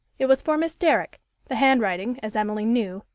it was for miss derrick the handwriting, as emmeline knew,